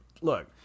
Look